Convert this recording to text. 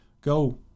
Go